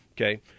okay